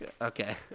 okay